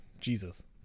Jesus